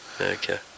okay